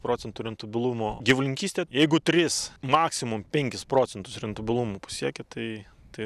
procentų rentabilumo gyvulininkystė jeigu tris maksimum penkis procentus rentabilumo pasieki tai tai